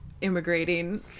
immigrating